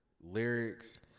Lyrics